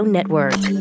Network